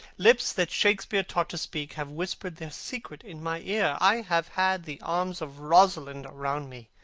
lips that shakespeare taught to speak have whispered their secret in my ear. i have had the arms of rosalind around me,